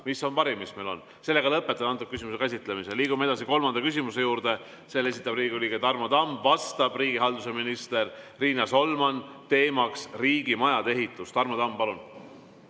See on parim, mis meil on. Lõpetan selle küsimuse käsitlemise. Liigume edasi kolmanda küsimuse juurde. Selle esitab Riigikogu liige Tarmo Tamm ja vastab riigihalduse minister Riina Solman. Teema on riigimajade ehitus. Tarmo Tamm, palun!